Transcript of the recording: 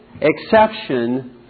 exception